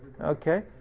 Okay